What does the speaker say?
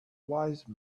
wise